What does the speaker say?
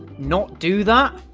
not do that.